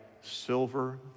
silver